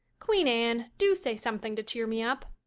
queen anne, do say something to cheer me up.